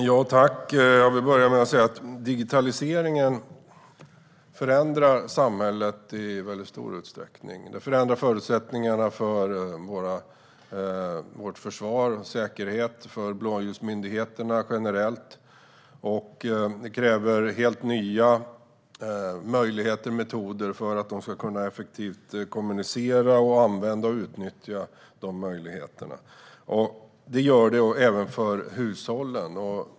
Fru talman! Jag vill börja med att säga att digitaliseringen förändrar samhället i mycket stor utsträckning. Den förändrar förutsättningarna för vårt försvar och säkerheten för blåljusmyndigheterna generellt, och det kräver helt nya möjligheter och metoder för att de effektivt ska kunna kommunicera och använda och utnyttja dessa möjligheter. Det förändrar även förutsättningarna för hushållen.